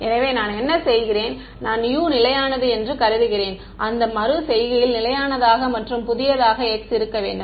எனவே நான் என்ன செய்கிறேன் நான் U நிலையானது என்று கருதுகிறேன் அந்த மறு செய்கையில் நிலையானதாக மற்றும் புதியதாக x இருக்க வேண்டும்